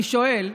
אני שואל: